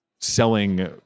selling